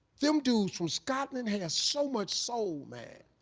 them dudes from scotland had so much soul man.